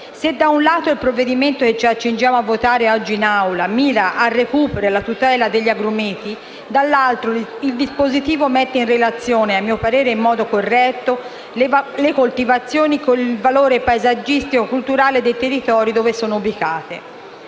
Se da un lato il provvedimento che ci accingiamo a votare oggi in Assemblea mira al recupero e alla tutela degli agrumeti, dall'altro il dispositivo mette in relazione - a mio parere in modo corretto - le coltivazioni con il valore paesaggistico-culturale dei territori dove sono ubicate.